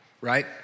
right